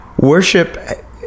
Worship